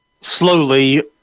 slowly